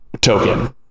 token